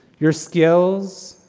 your skills,